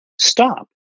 stop